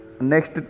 next